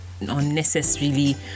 unnecessarily